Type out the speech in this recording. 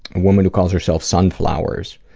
woman who calls herself sunflowers